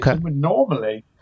Normally